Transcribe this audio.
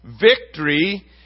victory